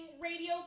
radio